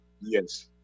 Yes